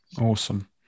awesome